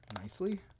nicely